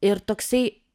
ir toksai